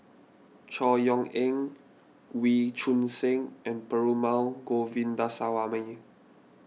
Chor Yeok Eng Wee Choon Seng and Perumal Govindaswamy